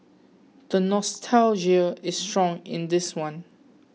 the nostalgia is strong in this one